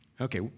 Okay